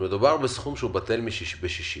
שמדובר בסכום שהוא בטל בשישים.